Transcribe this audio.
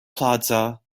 plaza